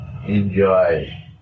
Enjoy